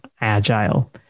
agile